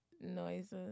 noises